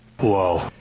Whoa